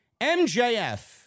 MJF